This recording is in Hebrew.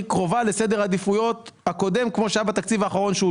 קרובה לסדר העדיפויות שהיה בתקציב האחרון.